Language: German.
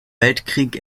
weltkrieg